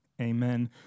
amen